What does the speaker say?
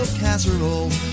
casserole